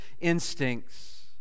instincts